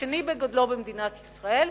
השני בגודלו במדינת ישראל,